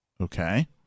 Okay